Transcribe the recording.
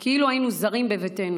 כאילו היינו זרים בביתנו.